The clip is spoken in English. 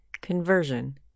Conversion